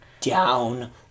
down